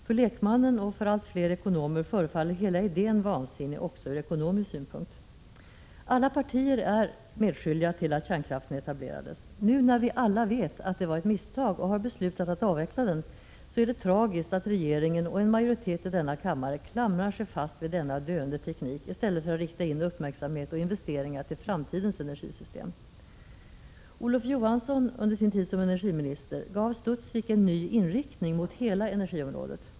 För lekmannen och för allt fler ekonomer förefaller hela idén vansinnig också från ekonomisk synpunkt. Alla partier är medskyldiga till att kärnkraften etablerades. Nu när vi alla vet att det var ett misstag och har beslutat att avveckla den, är det tragiskt att regeringen och en majoritet i denna kammare klamrar sig fast vid denna döende teknik, i stället för att rikta in uppmärksamhet och investeringar på framtidens energisystem. Olof Johansson gav som energiminister Studsvik en ny inriktning, mot hela energiområdet.